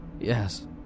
Yes